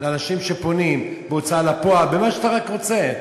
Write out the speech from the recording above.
לאנשים שפונים - בהוצאה לפועל, במה שאתה רק רוצה.